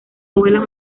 abuelo